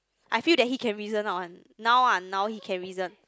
I feel that he can reason out one now ah now he can reason